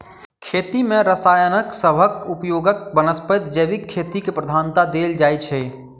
खेती मे रसायन सबहक उपयोगक बनस्पैत जैविक खेती केँ प्रधानता देल जाइ छै